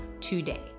today